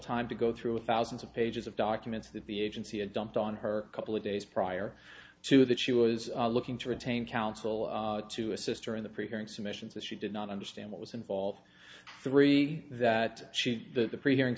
time to go through thousands of pages of documents that the agency had dumped on her a couple of days prior to that she was looking to retain counsel to assist her in the preparing submissions that she did not understand what was involved three that she the pre hearing